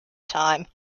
time